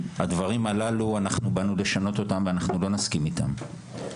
הדברים הללו אנחנו באנו לשנות אותם ואנחנו לא נסכים איתם.